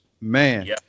Man